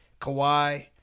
Kawhi